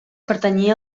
pertanyia